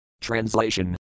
Translation